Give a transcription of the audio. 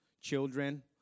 children